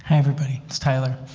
everybody. it's tyler.